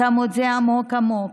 שמו את זה עמוק עמוק,